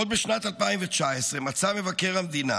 עוד בשנת 2019 מצא מבקר המדינה